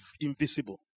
invisible